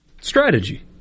Strategy